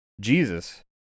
Jesus